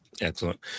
Excellent